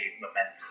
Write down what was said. momentum